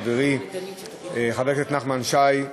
חברי חבר הכנסת נחמן שי,